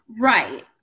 Right